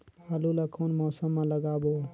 आलू ला कोन मौसम मा लगाबो?